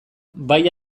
bai